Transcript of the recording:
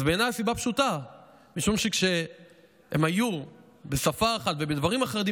אז בעיניי הסיבה פשוטה היא שכשהם היו ב"שפה אחת ובדברים אחדים",